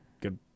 good